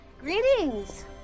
Greetings